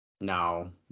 No